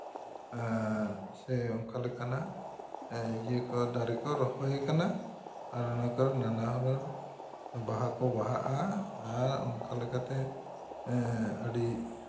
ᱥᱮ ᱚᱠᱟᱞᱮᱠᱟᱱᱟᱜ ᱫᱟᱨᱮ ᱠᱚ ᱨᱚᱦᱚᱭ ᱠᱟᱱᱟ ᱟᱨ ᱚᱱᱮ ᱠᱚ ᱱᱟᱱᱟᱦᱩᱱᱟᱹᱨ ᱵᱟᱦᱟ ᱠᱚ ᱵᱟᱦᱟᱜᱼᱟ ᱟᱨ ᱚᱱᱠᱟᱞᱮᱠᱟᱛᱮ ᱟᱹᱰᱤ